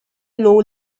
low